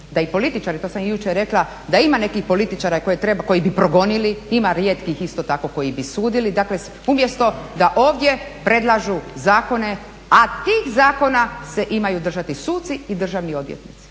da i političari, to sam i jučer rekla, da ima nekih političara koji bi progonili, ima rijetkih isto tako koji bi sudili, umjesto da ovdje predlažu zakone, a tih zakona se imaju držati suci i državni odvjetnici.